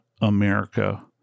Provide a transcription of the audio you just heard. America